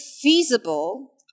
feasible